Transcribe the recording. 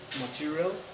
material